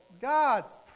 God's